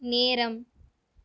நேரம்